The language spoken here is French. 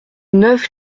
neuve